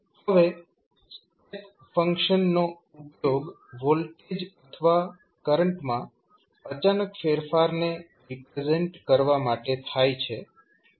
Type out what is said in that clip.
હવે સ્ટેપ ફંક્શનનો ઉપયોગ વોલ્ટેજ અથવા કરંટમાં અચાનક ફેરફારને રિપ્રેઝેન્ટ કરવા માટે થાય છે